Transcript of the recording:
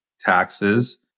taxes